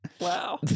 Wow